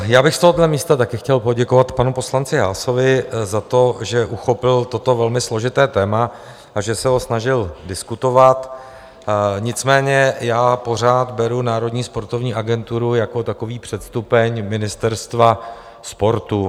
Já bych z tohoto místa také chtěl poděkovat panu poslanci Haasovi za to, že uchopil toto velmi složité téma a že se ho snažil diskutovat, nicméně já pořád beru Národní sportovní agenturu jako takový předstupeň ministerstva sportu.